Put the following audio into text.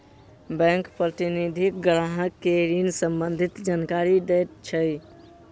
bank प्रतिनिधि ग्राहक के ऋण सम्बंधित जानकारी दैत अछि